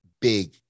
big